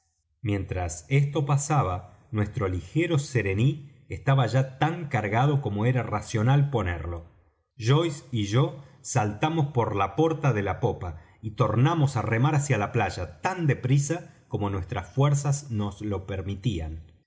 mientras esto pasaba nuestro ligero serení estaba ya tan cargado como era racional ponerlo joyce y yo saltamos por la porta de la popa y tornamos á remar hacia la playa tan de prisa como nuestras fuerzas nos lo permitían